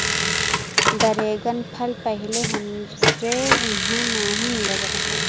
dragon फल पहिले हमरे इहाँ नाही मिलत रहल